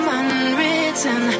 unwritten